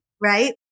right